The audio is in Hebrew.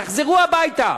תחזרו הביתה,